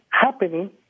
happening